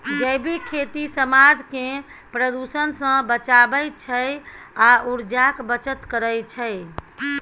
जैबिक खेती समाज केँ प्रदुषण सँ बचाबै छै आ उर्जाक बचत करय छै